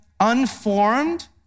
unformed